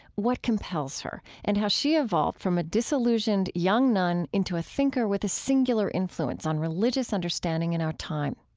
what compels her and how she evolved from a disillusioned young nun into a thinker with a singular influence on religious understanding in our time.